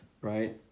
right